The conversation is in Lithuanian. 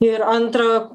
ir antrą